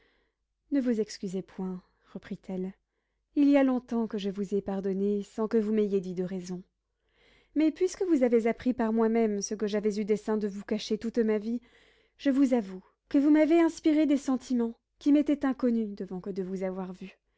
ne vous excusez point reprit-elle il y a longtemps que je vous ai pardonné sans que vous m'ayez dit de raison mais puisque vous avez appris par moi-même ce que j'avais eu dessein de vous cacher toute ma vie je vous avoue que vous m'avez inspiré des sentiments qui m'étaient inconnus devant que de vous avoir vu